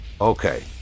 okay